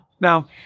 Now